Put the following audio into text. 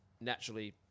naturally